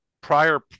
prior